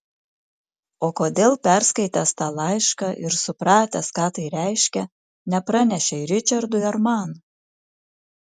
o kodėl perskaitęs tą laišką ir supratęs ką tai reiškia nepranešei ričardui ar man